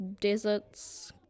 deserts